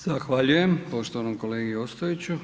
Zahvaljujem poštovanom kolegi Ostojiću.